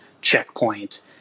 checkpoint